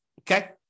Okay